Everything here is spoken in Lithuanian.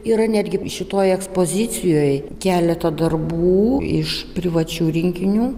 yra netgi šitoj ekspozicijoj keletą darbų iš privačių rinkinių